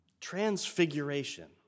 Transfiguration